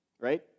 right